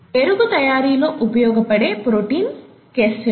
పెరుగు తయారీలో ఉపయోగపడే ప్రోటీన్ కెసిన్